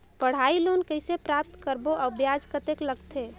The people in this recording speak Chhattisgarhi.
पढ़ाई लोन कइसे प्राप्त करबो अउ ब्याज कतेक लगथे?